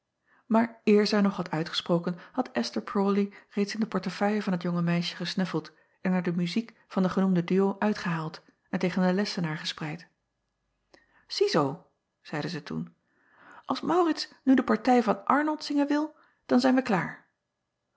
aar eer zij nog had uitgesproken had sther rawley reeds in den portefeuille van het jonge meisje gesnuffeld en er de muziek van den genoemden duo uitgehaald en tegen den lessenaar gespreid ziezoo zeide zij toen als aurits nu de partij van rnold zingen wil dan zijn wij klaar